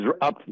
up